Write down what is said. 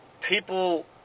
people